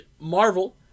Marvel